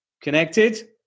Connected